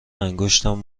انگشتم